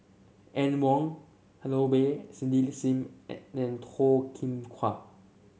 Anne Wong Holloway Cindy Sim and Toh Kim Hwa